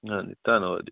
ਹਾਂਜੀ ਧੰਨਵਾਦ ਜੀ